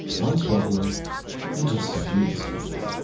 one traveler and just a few instruments.